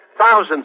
Thousands